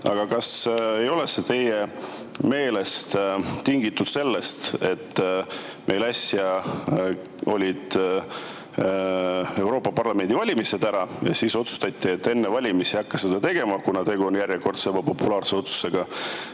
Kas ei ole see teie meelest tingitud sellest, et meil äsja olid Euroopa Parlamendi valimised ja enne otsustati, et enne valimisi ei hakka seda tegema, kuna tegu on järjekordse ebapopulaarse otsusega?